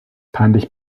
peinlich